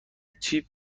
چیپ